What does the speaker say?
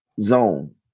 zone